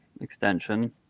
extension